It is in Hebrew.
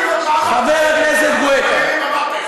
חבר הכנסת גואטה,